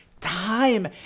time